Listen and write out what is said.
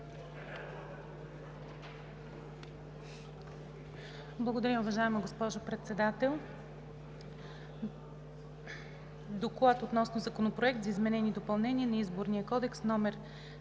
Благодаря, уважаема госпожо Председател. „Доклад относно Законопроект за изменение и допълнение на Изборния кодекс, №